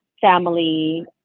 family